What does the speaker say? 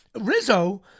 Rizzo